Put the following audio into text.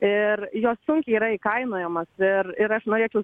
ir jos sunkiai yra įkainojamos ir ir aš norėčiau